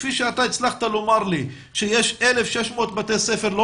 כפי שאתה הצלחת לומר לי שיש 1,600 בתי ספר לא